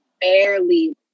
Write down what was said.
barely